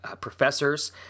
professors